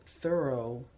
thorough